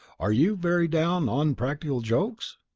are you very down on practical jokes?